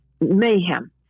mayhem